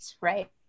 right